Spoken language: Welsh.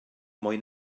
mwy